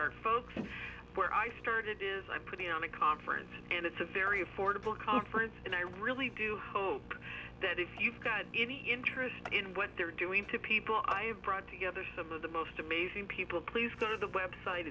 start folks where i started is i'm putting on a conference and it's a very affordable conference and i really do hope that if you've got any interest in what they're doing to people i've brought together some of the most amazing people please go to the website